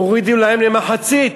הורידו להם למחצית.